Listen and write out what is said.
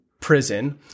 prison